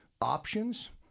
options